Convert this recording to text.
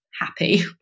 happy